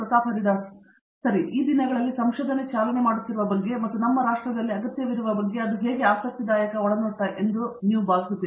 ಪ್ರತಾಪ್ ಹರಿಡೋಸ್ ಸರಿ ಈ ದಿನಗಳಲ್ಲಿ ಸಂಶೋಧನೆ ಚಾಲನೆ ಮಾಡುತ್ತಿರುವ ಬಗ್ಗೆ ಮತ್ತು ನಮ್ಮ ರಾಷ್ಟ್ರದಲ್ಲಿ ಅಗತ್ಯವಿರುವ ಬಗ್ಗೆ ಅದು ಹೇಗೆ ಆಸಕ್ತಿದಾಯಕ ಒಳನೋಟ ಎಂದು ನಾನು ಭಾವಿಸುತ್ತೇನೆ